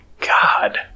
god